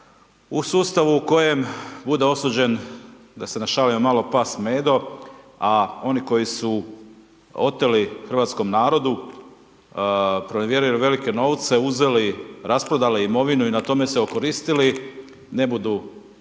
u sustavu u kojem bude osuđen, da se našalimo malo pas Medo a oni koji su oteli hrvatskom narodu, pronevjerili velike novce, uzeli, rasprodali imovinu i na tome se okoristili ne budu